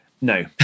no